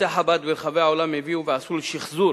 בתי-חב"ד הביאו ועשו לשחזור